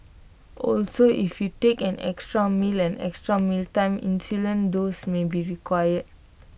also if you take an extra meal an extra mealtime insulin dose may be required